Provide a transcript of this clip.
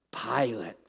Pilate